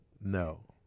no